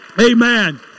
Amen